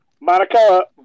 Monica